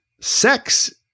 sex